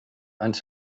ens